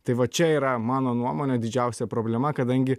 tai va čia yra mano nuomone didžiausia problema kadangi